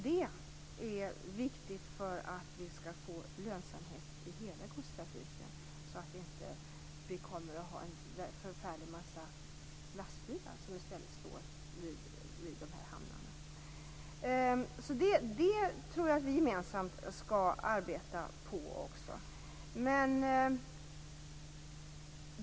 Det är viktigt för att vi skall få lönsamhet i hela godstrafiken så att det inte blir så att en förfärlig massa lastbilar kommer att stå i hamnarna. Vi skall arbeta gemensamt för detta.